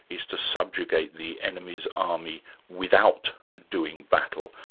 is to subjugate the enemy's army without doing battle.